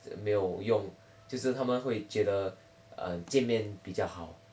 没有用就是他们会觉得呃见面比较好